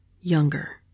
younger